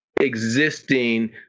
Existing